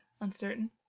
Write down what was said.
uncertain